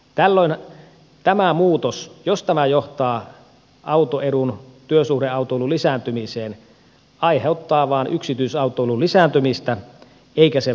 tällöin jos tämä muutos johtaa autoedun työsuhdeautoilun lisääntymiseen tämä aiheuttaa vain yksityisautoilun lisääntymistä eikä sen vähenemistä